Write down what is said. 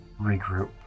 regroup